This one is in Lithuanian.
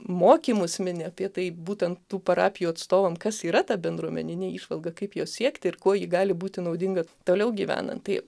mokymus mini apie tai būtent tų parapijų atstovam kas yra ta bendruomeninė įžvalga kaip jos siekti ir kuo ji gali būti naudinga toliau gyvenant tai